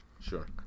sure